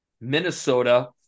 Minnesota